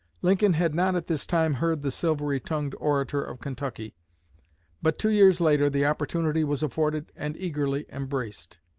lincoln had not at this time heard the silvery-tongued orator of kentucky but two years later the opportunity was afforded and eagerly embraced.